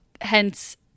hence